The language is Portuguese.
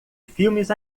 filmes